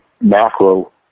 macro